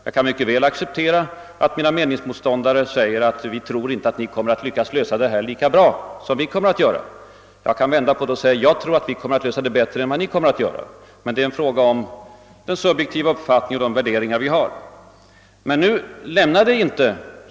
Jag kan också acceptera att mina meningsmotståndare säger, att de inte tror att vi kommer att lösa frågan lika bra som de kommer att göra. Men jag har rätt att vända på resonemanget och säga, att jag tror att vi kommer att lösa det bättre än vad ni kommer att göra. Det är i sista hand en fråga om subjektiva uppfattningar och värderingar.